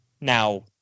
now